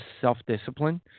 self-discipline